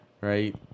right